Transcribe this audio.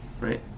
right